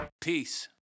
Peace